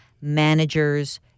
managers